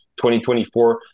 2024